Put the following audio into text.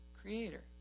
Creator